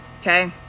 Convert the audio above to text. Okay